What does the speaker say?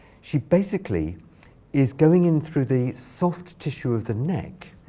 she basically is going in through the soft tissue of the neck.